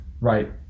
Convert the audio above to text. right